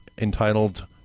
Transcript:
entitled